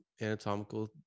anatomical